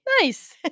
Nice